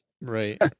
Right